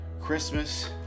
Christmas